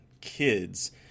kids